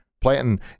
planting